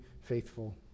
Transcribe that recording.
faithful